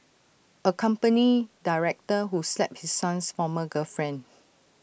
A company director who slapped his son's former girlfriend